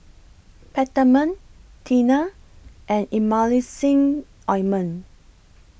Peptamen Tena and Emulsying Ointment